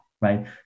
right